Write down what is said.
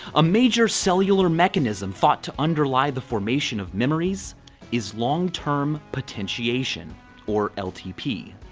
a major cellular mechanism thought to underlie the formation of memories is long-term potentiation or ltp.